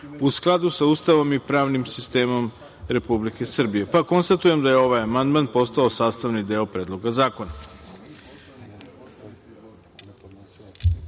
u skladu sa Ustavom i pravnim sistemom Republike Srbije, pa konstatujem da je ovaj amandman postao sastavni deo Predloga zakona. Da